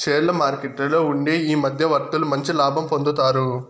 షేర్ల మార్కెట్లలో ఉండే ఈ మధ్యవర్తులు మంచి లాభం పొందుతారు